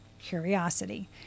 curiosity